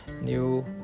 new